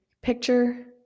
picture